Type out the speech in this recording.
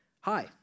Hi